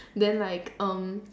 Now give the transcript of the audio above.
then like um